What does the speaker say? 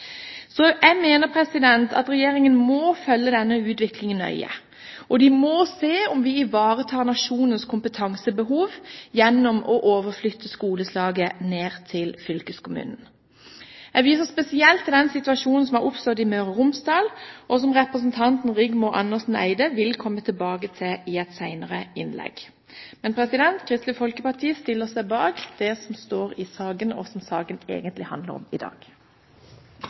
Jeg mener at regjeringen må følge denne utviklingen nøye, og den må se på om vi ivaretar nasjonens kompetansebehov gjennom å overflytte skoleslaget ned til fylkeskommunen. Jeg viser spesielt til den situasjonen som har oppstått i Møre og Romsdal, som representanten Rigmor Andersen Eide vil komme tilbake til i et innlegg senere. Men Kristelig Folkeparti stiller seg bak det som står i innstillingen, som saken egentlig handler om i dag.